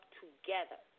together